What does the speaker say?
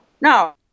no